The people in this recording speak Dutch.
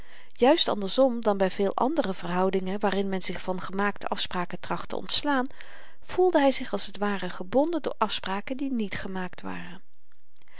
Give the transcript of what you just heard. juist andersom dan by veel andere verhoudingen waarin men zich van gemaakte afspraken tracht te ontslaan voelde hy zich als t ware gebonden door afspraken die niet gemaakt waren